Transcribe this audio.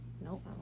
Nope